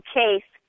case